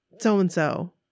so-and-so